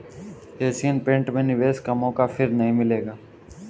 Asian paint में निवेश का मौका फिर नही मिलेगा